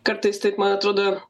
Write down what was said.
kartais taip man atrodo